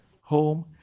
home